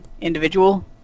individual